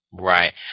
Right